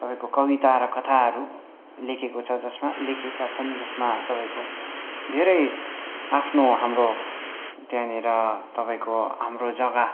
तपाईँको कविता र कथाहरू लेखेको छ जसमा लेखेका छन् जसमा तपाईँको धेरै आफ्नो हाम्रो त्यहाँनिर तपाईँको हाम्रो जग्गा